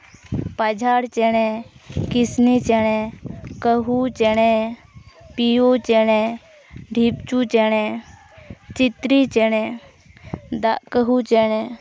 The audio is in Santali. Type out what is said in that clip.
ᱯᱟᱡᱷᱟᱲ ᱪᱮᱬᱮ ᱠᱤᱥᱱᱤ ᱪᱮᱬᱮ ᱠᱟᱸᱦᱩ ᱪᱮᱬᱮ ᱯᱤᱭᱳ ᱪᱮᱬᱮ ᱰᱷᱤᱯᱪᱩᱭ ᱪᱮᱬᱮ ᱪᱤᱛᱨᱤ ᱪᱮᱬᱮ ᱫᱟᱜ ᱠᱟᱹᱦᱩ ᱪᱮᱬᱮ